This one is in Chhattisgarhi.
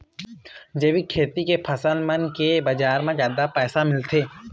जैविक खेती के फसल मन के बाजार म जादा पैसा मिलथे